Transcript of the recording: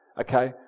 Okay